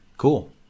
Cool